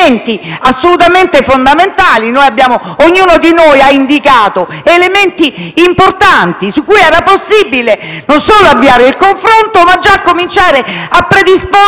elementi assolutamente fondamentali: ognuno di noi ha indicato elementi importanti su cui era possibile, non solo avviare il confronto, ma già cominciare a predisporre